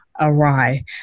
awry